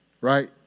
right